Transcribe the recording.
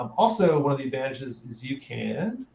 um also, one of the advantages is you can